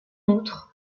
outre